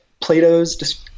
Plato's